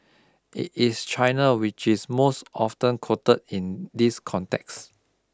it is China which is most often quoted in this context